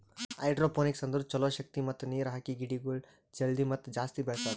hydroponics ಅಂದುರ್ ಛಲೋ ಶಕ್ತಿ ಮತ್ತ ನೀರ್ ಹಾಕಿ ಗಿಡಗೊಳ್ ಜಲ್ದಿ ಮತ್ತ ಜಾಸ್ತಿ ಬೆಳೆಸದು